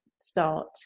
start